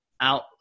out